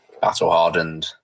battle-hardened